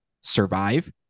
survive